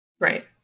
Right